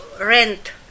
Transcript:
rent